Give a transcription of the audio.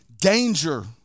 danger